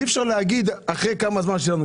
אי אפשר להגיד: אחרי כמה זמן יהיה פתרון שלנו,